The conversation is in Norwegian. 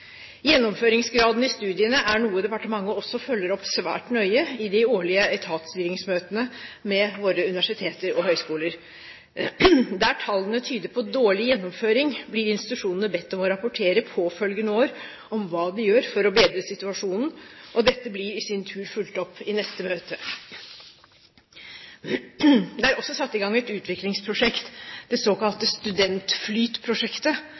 Gjennomføringsgraden i studiene er noe departementet også følger opp svært nøye i de årlige etatsstyringsmøtene med våre universiteter og høyskoler. Der tallene tyder på dårlig gjennomføring, blir institusjonene bedt om å rapportere påfølgende år om hva de gjør for å bedre situasjonen, og dette blir i sin tur fulgt opp i neste møte. Det er også satt i gang et utviklingsprosjekt, det